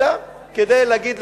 אלא כדי להגיד,